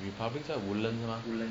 republics 在 woodland 是吗